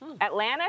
atlanta